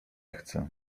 chcę